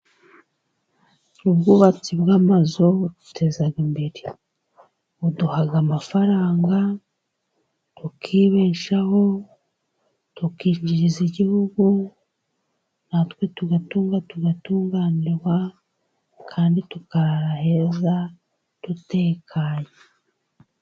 Ubwubatsi bw'amazu budutezaga imbere, buduhaga amafaranga tukibeshaho, tukinjiriza igihugu natwe tugatunga tugatunganirwa kandi tukarara heza dutekanye.